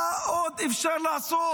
מה עוד אפשר לעשות?